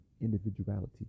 individuality